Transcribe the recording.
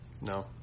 No